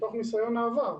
מתוך ניסיון העבר,